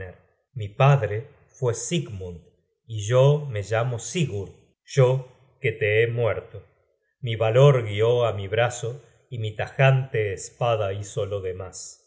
mi padre fue sigmund y yo me llamo sigurd yo que te he muerto mi valor guió á mi brazo y mi tajante espada hizo lo demas